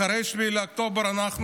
אחרי 7 באוקטובר אנחנו